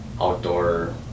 outdoor